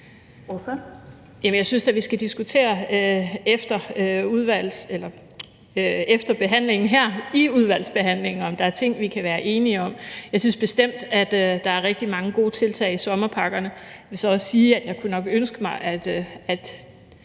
Jeg synes da, vi efter behandlingen her skal diskutere det i udvalget, altså om der er ting, vi kan være enige om. Jeg synes bestemt, der er rigtig mange gode tiltag i sommerpakkerne. Jeg vil så også sige, at jeg nok kunne ønske mig, at